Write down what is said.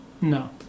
No